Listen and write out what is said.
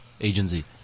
agency